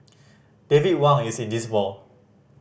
David Wang is in this mall